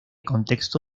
contexto